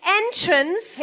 entrance